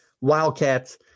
Wildcats